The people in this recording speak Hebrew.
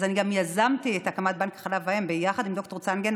אז אני גם יזמתי את הקמת בנק חלב האם יחד עם ד"ר צנגן.